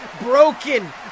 broken